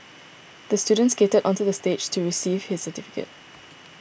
the student skated onto the stage to receive his certificate